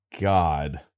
God